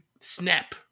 snap